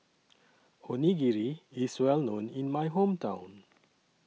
Onigiri IS Well known in My Hometown